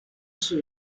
方式